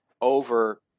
over